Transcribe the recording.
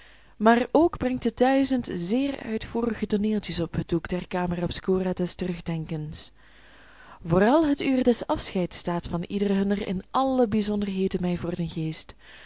maar ook brengt het duizend zeer uitvoerige tooneeltjes op het doek der camera obscura des terugdenkens vooral het uur des afscheids staat van ieder hunner in alle bijzonderheden mij voor den geest